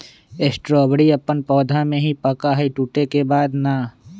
strawberry अपन पौधा में ही पका हई टूटे के बाद ना